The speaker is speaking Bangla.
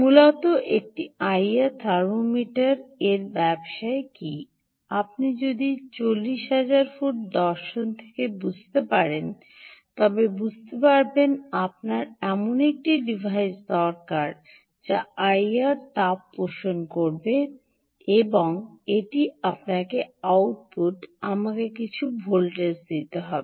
মূলত একটি আইআর থার্মোমিটার আপনি যদি 40000 ফুট দর্শন থেকে বুঝতে পারেন তবে বুঝতে পারবেন আপনার এমন একটি ডিভাইস দরকার যা আইআর তাপ শোষণ করবে এবং আপনাকে আউটপুটে কিছু ভোল্টেজ দিতে হবে